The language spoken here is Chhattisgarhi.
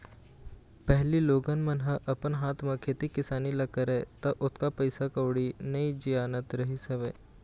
पहिली लोगन मन ह अपन हाथ म खेती किसानी ल करय त ओतका पइसा कउड़ी नइ जियानत रहिस हवय